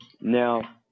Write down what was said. Now